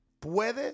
puede